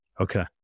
Okay